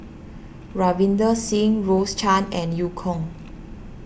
Ravinder Singh Rose Chan and Eu Kong